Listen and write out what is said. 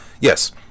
Yes